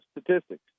statistics